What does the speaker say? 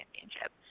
championship